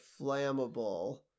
flammable